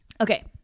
Okay